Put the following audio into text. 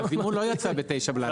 אבל העדכון לא יצא ב 21:00 בלילה.